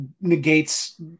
negates